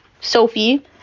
Sophie